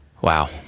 wow